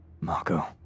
Marco